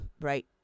right